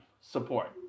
support